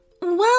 Well